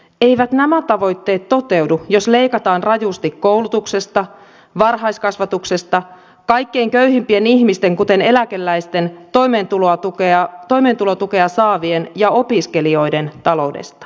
eivät nämä tavoitteet toteudu jos leikataan rajusti koulutuksesta varhaiskasvatuksesta kaikkein köyhimpien ihmisten kuten eläkeläisten toimeentulotukea saavien ja opiskelijoiden taloudesta